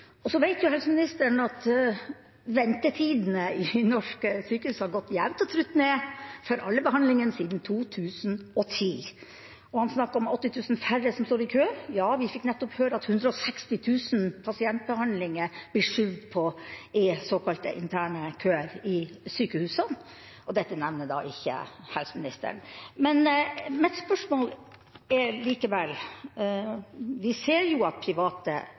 at ventetidene ved norske sykehus har gått jevnt og trutt ned for alle behandlinger siden 2010. Han snakker om 80 000 færre som står i kø. Ja, vi fikk nettopp høre at 160 000 pasientbehandlinger blir skjøvet på i såkalte interne køer ved sykehusene. Dette nevner ikke helseministeren. Mitt spørsmål er: Vi ser at private